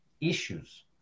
issues